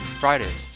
Fridays